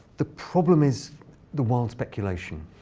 the problem is the wild speculation.